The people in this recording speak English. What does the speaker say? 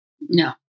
No